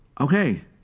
Okay